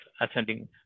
ascending